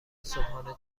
صبحانه